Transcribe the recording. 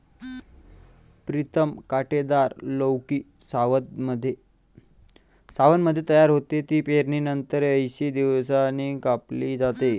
प्रीतम कांटेदार लौकी सावनमध्ये तयार होते, ती पेरणीनंतर ऐंशी दिवसांनी कापली जाते